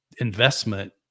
Investment